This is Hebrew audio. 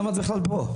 למה את בכלל פה?